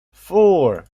four